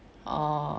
orh